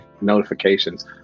notifications